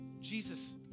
Jesus